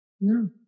No